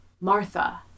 Martha